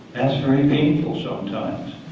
that's very painful sometimes.